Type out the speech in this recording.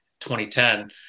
2010